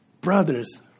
brothers